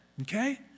Okay